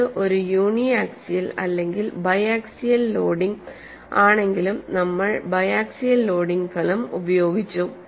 ഇത് ഒരു uniaxial loading അല്ലെങ്കിൽ ബയാക്സിയൽ ലോഡിംഗ് ആണെങ്കിലും നമ്മൾ ബയാക്സിയൽ ലോഡിംഗ് ഫലം ഉപയോഗിച്ചു